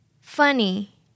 funny